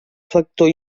factor